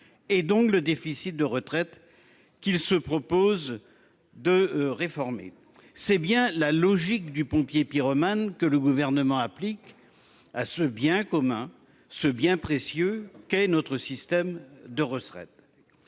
et donc le déficit de retraite qu'il se propose de réformer, c'est bien la logique du pompier pyromane, que le gouvernement applique à ce bien commun ce bien précieux qu'est notre système de retraite.